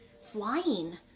flying